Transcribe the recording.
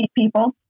people